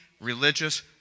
religious